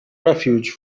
refuge